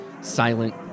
silent